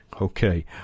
Okay